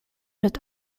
mit